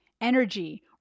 energy